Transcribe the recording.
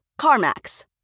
CarMax